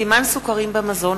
(סימון סוכרים במזון),